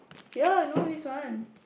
ya I know this one